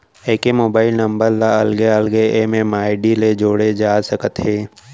एके mobile number ल अलगे अलगे एम.एम.आई.डी ले जोड़े जा सकत हे